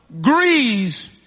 grease